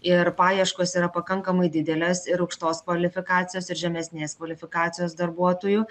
ir paieškos yra pakankamai didelės ir aukštos kvalifikacijos ir žemesnės kvalifikacijos darbuotojų